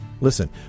Listen